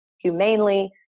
humanely